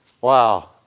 Wow